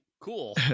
Cool